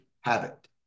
habit